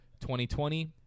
2020